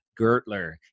Gertler